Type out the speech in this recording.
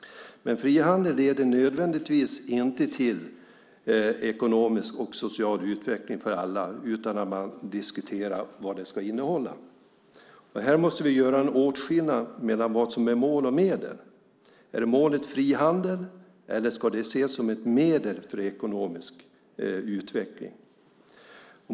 Frihandel leder inte nödvändigtvis till ekonomisk och social utveckling för alla utan att man diskuterar vad den ska innehålla. Här måste vi göra en åtskillnad mellan vad som är mål och medel: Är målet frihandel, eller ska den ses som ett medel för ekonomisk utveckling?